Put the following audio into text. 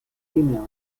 female